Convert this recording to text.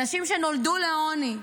אנשים שנולדו לעוני,